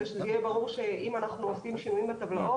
כדי שיהיה ברור שאם אנחנו עושים שינויים בטבלאות,